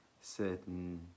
certain